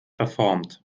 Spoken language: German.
verformt